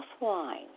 offline